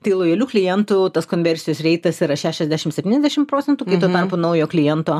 tai lojalių klientų tas konversijos reitas yra šešiasdešim septyniasdešim procentų tuo tarpu naujo kliento